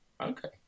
Okay